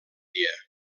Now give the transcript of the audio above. dia